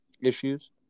issues